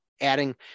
adding